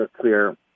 clear